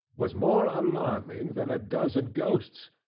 was more alarming than a dozen ghosts,